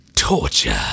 Torture